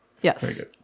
yes